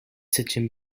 septième